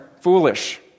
foolish